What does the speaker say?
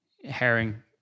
Herring